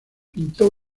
pintó